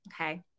Okay